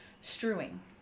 strewing